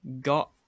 got